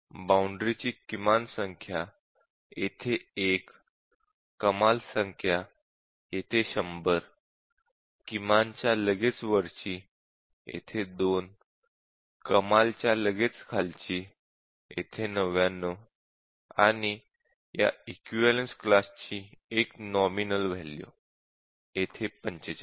boundary ची किमान संख्या येथे १ कमाल संख्या येथे 100 किमान च्या लगेच वरची येथे 2 कमाल च्या लगेच खालची येथे ९९ आणि या इक्विवलेन्स क्लास ची एक नॉमिनल वॅल्यू येथे ४५